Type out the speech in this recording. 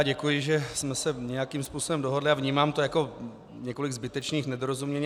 Děkuji, že jsme se nějakým způsobem dohodli, a vnímám to jako několik zbytečných nedorozumění.